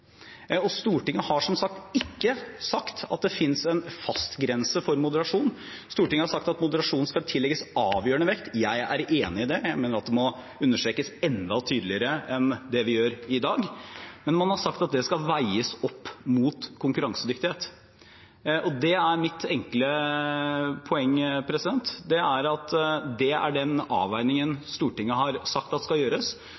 Stortinget har som sagt ikke sagt at det finnes en fast grense for moderasjon. Stortinget har sagt at moderasjon skal tillegges avgjørende vekt. Jeg er enig i det. Jeg mener at det må understrekes enda tydeligere enn det vi gjør i dag, men man har sagt at det skal veies opp mot konkurransedyktighet. Det er mitt enkle poeng, at det er